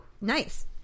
nice